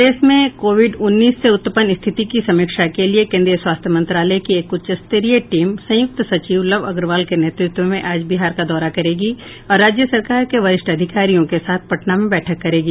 प्रदेश में कोविड उन्नीस से उत्पन्न स्थिति की समीक्षा के लिये केंद्रीय स्वास्थ्य मंत्रालय की एक उच्च स्तरीय टीम संयुक्त सचिव लव अग्रवाल के नेतृत्व में आज बिहार का दौरा करेगी और राज्य सरकार के वरिष्ठ अधिकारियों के साथ पटना में बैठक करेगी